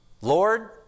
Lord